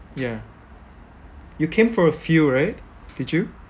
ya you came for a few right did you